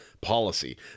policy